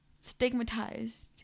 stigmatized